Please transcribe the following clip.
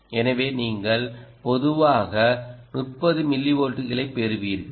எனவே நீங்கள் பொதுவாக 30 மில்லிவோல்ட்களைப் பெறுவீர்கள்